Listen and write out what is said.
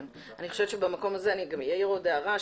אני חושבת שבמקום הזה אני אעיר עוד הערה.